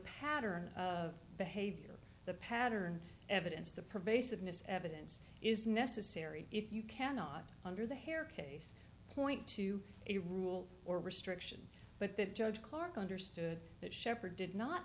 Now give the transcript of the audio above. pattern of behavior the pattern evidence the pervasiveness evidence is necessary if you cannot under the hair case point to a rule or restriction but that judge clark understood that shepherd did not